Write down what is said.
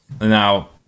now